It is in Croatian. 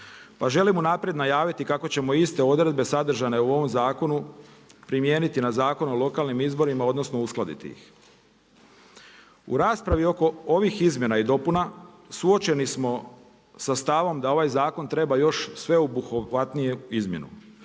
pa želim unaprijed najaviti kako ćemo iste odredbe sadržane u ovom zakonu primijeniti na Zakon o lokalnim izborima, odnosno uskladiti ih. U raspravi oko ovih izmjena i dopuna suočeni smo sa stavom da ovaj zakon treba još sveobuhvatniju izmjenu.